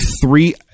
three